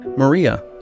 Maria